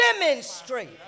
demonstrate